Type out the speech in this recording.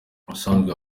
ubusanzwe